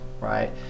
right